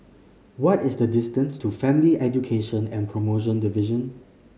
what is the distance to Family Education and Promotion Division